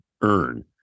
earn